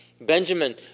Benjamin